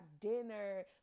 dinner